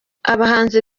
abahanzi